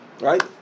Right